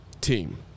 Team